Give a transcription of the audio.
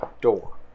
door